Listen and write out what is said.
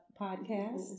Podcast